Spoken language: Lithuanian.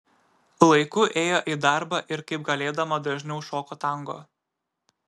laiku ėjo į darbą ir kaip galėdama dažniau šoko tango